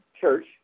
church